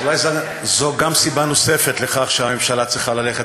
אולי זו סיבה נוספת לכך שהממשלה צריכה ללכת